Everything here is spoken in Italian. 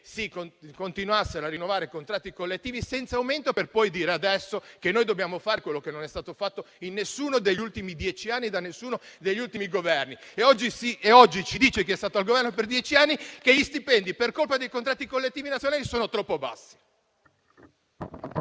continuassero a rinnovare i contratti collettivi senza aumento, per poi dire adesso che noi dobbiamo fare quello che non è stato fatto in alcuno degli ultimi dieci anni da alcuno degli ultimi Governi. Oggi chi è stato al Governo per dieci anni ci dice che gli stipendi per colpa dei contratti collettivi nazionali sono troppo bassi.